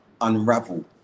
unravel